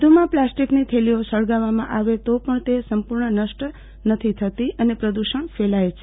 વધુમાં પ્લાસ્ટિકની થેલીઓ સળગાવવામાં આવે તો પણ તે સંપૂર્ણ નષ્ટ થતી નથી અને પ્રદૂષણ ફેલાય છે